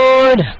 Lord